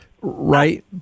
right